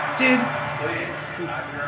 dude